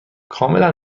کاملا